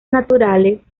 naturales